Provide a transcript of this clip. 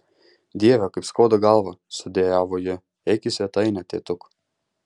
dieve kaip skauda galvą sudejavo ji eik į svetainę tėtuk